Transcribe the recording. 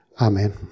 Amen